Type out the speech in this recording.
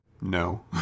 No